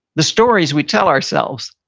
the stories we tell ourselves.